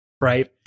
Right